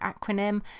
acronym